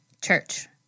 Church